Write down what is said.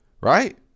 Right